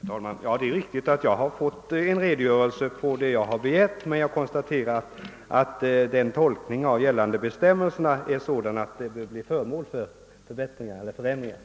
Herr talman! Det är riktigt att jag har fått en redogörelse för vad jag har begärt, men jag konstaterar att tolkningen av gällande bestämmelser är sådan att dessa bör ändras.